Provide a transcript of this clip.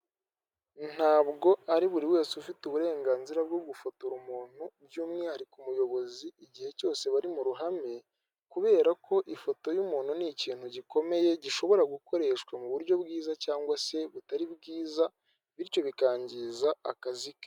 Ntabwo ari buri wese ufite uburenganzira bwo gufotora umuntu byumwihariko umuyobozi igihe cyose bari mu ruhame kubera ko ifoto yumuntu ni ikintu gikomeye gishobora gukoreshwa mu buryo bwiza cyangwa se butari bwiza bityo bikangiza akazi ke.